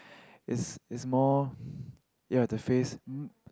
it's it's more ya the face